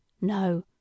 No